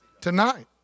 Tonight